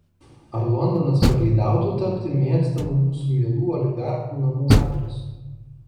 ar londonas pageidautų tapti mėgstamu mūsų mielų oligarchų namų adresu